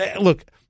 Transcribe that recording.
Look